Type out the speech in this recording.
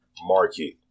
market